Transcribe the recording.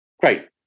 great